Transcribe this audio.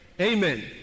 Amen